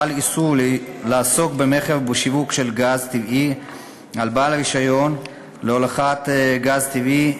חל איסור לעסוק במכר ובשיווק של גז טבעי על בעל רישיון להולכת גז טבעי,